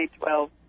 2012